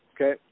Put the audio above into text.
Okay